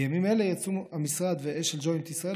בימים אלה יצאו המשרד ואשל-ג'וינט ישראל